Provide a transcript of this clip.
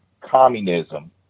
communism